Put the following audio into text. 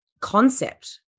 concept